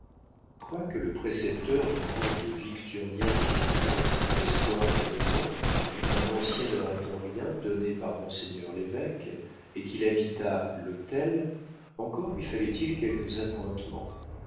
quoique le précepteur du comte victurnien d'esgrignon l'espoir de la maison fût un ancien oratorien donné par monseigneur l'évêque et qu'il habitât l'hôtel encore lui fallait-il quelques